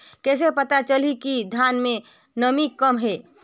कइसे पता चलही कि धान मे नमी कम हे?